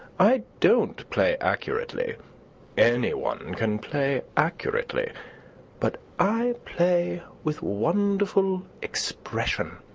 i don't play accurately any one can play accurately but i play with wonderful expression.